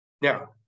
now